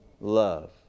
love